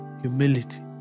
humility